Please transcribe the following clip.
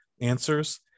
answers